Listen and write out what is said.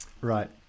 Right